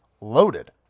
loaded